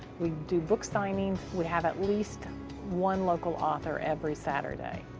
we do book signings. we have at least one local author every saturday.